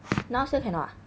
now still cannot ah